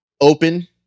open